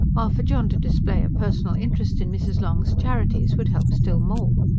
while for john to display a personal interest in mrs. long's charities would help still more.